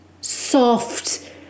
soft